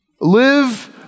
Live